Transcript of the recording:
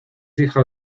hija